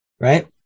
right